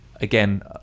again